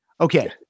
okay